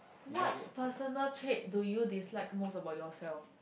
what personal trait do you dislike most about yourself